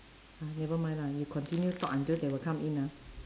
ah nevermind lah you continue talk until they will come in lah